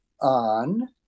on